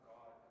God